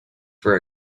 for